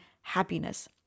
happiness